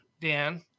Dan